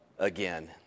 again